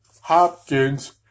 Hopkins